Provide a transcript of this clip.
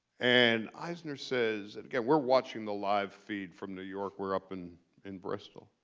and eisner says and again we're watching the live feed from new york. we're up and in bristol.